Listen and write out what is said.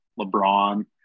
LeBron